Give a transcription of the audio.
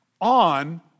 on